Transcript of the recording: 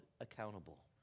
accountable